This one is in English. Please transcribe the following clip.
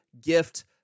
gift